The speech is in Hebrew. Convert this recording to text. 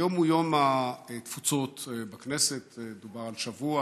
היום הוא יום התפוצות בכנסת לאורך כל השבוע.